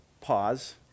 Pause